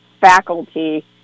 faculty